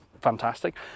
fantastic